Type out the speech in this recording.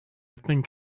think